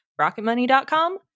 Rocketmoney.com